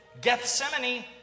Gethsemane